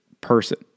person